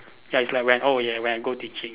ya it's like when oh yeah when I go teaching